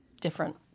different